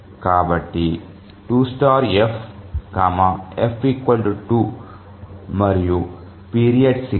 కాబట్టి 2F F 2 మరియు period 6